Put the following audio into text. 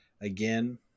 again